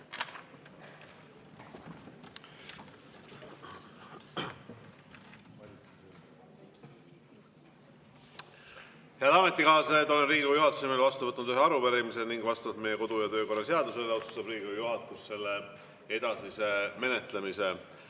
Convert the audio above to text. Head ametikaaslased! Olen Riigikogu juhatuse nimel vastu võtnud ühe arupärimise ning vastavalt meie kodu‑ ja töökorra seadusele otsustab Riigikogu juhatus selle edasise menetlemise.